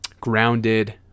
Grounded